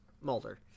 Mulder